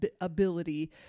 ability